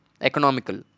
economical